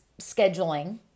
scheduling